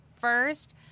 first